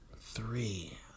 Three